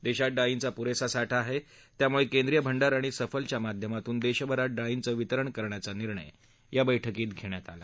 देशात डाळींचा पुरेसा साठा आहे त्यामुळे कॅद्रीय भंडार आणि सफलच्या माध्यमातून देशभरात डाळींचं वितरण करण्याचा निर्णय या बैठकीत घेण्यात आला